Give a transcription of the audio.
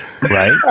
Right